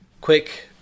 Quick